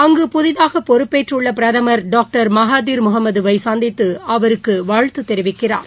அங்கு புதிதாக பொறுப்பேற்றுள்ள பிரதமர் டாக்டர் மகாதீர் முகமதுவை சந்தித்து அவருக்கு வாழ்த்து தெரிவிக்கிறார்